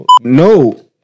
No